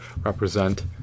represent